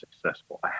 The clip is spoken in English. successful